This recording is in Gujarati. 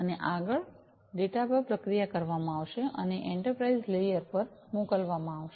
અને આગળ ડેટા પર પ્રક્રિયા કરવામાં આવશે અને એન્ટરપ્રાઇઝ લેયર પર મોકલવામાં આવશે